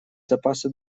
запасы